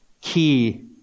key